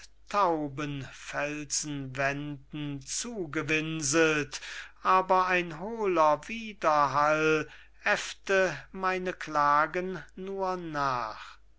tauben felsenwänden zugewinselt aber ein hohler wiederhall äffte meine klagen nur nach